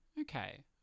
Okay